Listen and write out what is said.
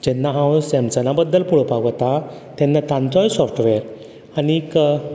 जेन्ना हांव सॅमसंगा बद्दल पळोवपाक वता तेन्ना तांचोय सॉफ्टवेअर आनीक